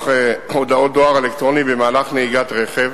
הודעות דואר אלקטרוני במהלך נהיגת רכב,